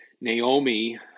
Naomi